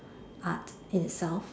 art itself